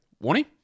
Warning